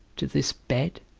to this bed?